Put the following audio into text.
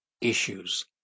issues